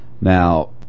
Now